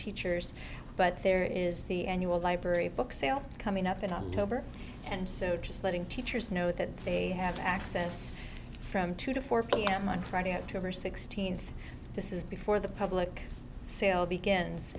teachers but there is the annual library book sale coming up in october and so just letting teachers know that they have access from two to four pm on friday october sixteenth this is before the public sale begins